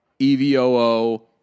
evoo